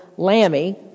Lammy